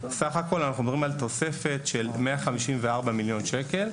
בסך הכל אנחנו מדברים על תוספת של 154 מיליון שקל,